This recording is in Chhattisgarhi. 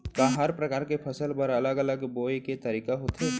का हर प्रकार के फसल बर अलग अलग बोये के तरीका होथे?